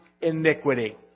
iniquity